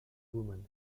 woman